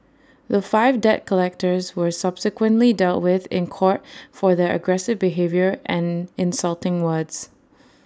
the five debt collectors were subsequently dealt with in court for their aggressive behaviour and insulting words